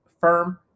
firm